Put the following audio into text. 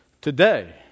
Today